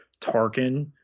Tarkin